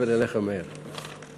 אדוני היושב-ראש,